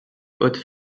hautes